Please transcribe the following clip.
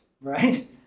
right